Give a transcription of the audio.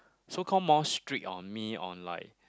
so call more strict on me on like